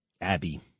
Abby